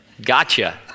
gotcha